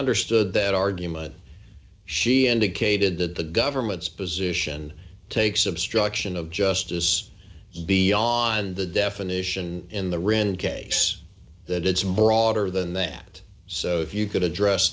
understood that argument she indicated that the government's position takes obstruction of justice beyond the definition in the written case that it's a broader than that so if you could address